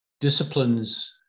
disciplines